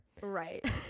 Right